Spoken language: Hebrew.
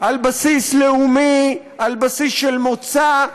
על בסיס לאומי, על בסיס של מוצא,